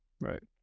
Right